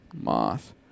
moth